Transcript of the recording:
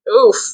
Oof